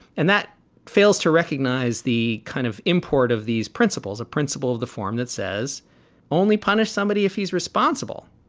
and that fails to recognize the kind of import of these principles, a principle of the form that says only punish somebody if he's responsible.